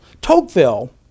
Tocqueville